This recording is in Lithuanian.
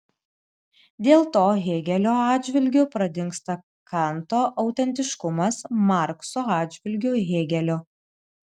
dėl to hėgelio atžvilgiu pradingsta kanto autentiškumas markso atžvilgiu hėgelio